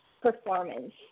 performance